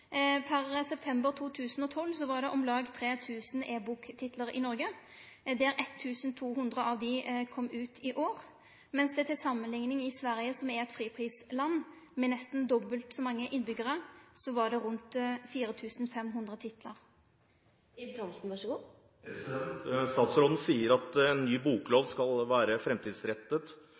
Per september 2012 var det om lag 3 000 ebok-titlar i Noreg, der 1 200 av dei kom ut i år. Til samanlikning var det i Sverige, som er eit friprisland med nesten dobbelt så mange innbyggjarar, rundt 4 500 titlar. Statsråden sier at en ny boklov skal være framtidsrettet, og at